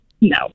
No